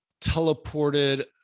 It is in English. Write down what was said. teleported